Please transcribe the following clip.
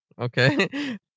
okay